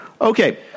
Okay